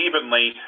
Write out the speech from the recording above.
evenly